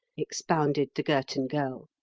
expounded the girton girl,